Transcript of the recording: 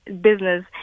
business